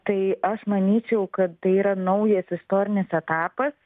tai aš manyčiau kad tai yra naujas istorinis etapas